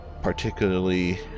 particularly